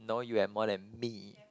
no you have more than me